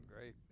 Great